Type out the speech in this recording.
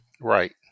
Right